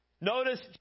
notice